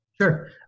Sure